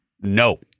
No